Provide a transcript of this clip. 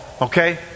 okay